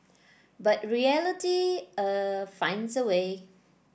but reality uh finds a way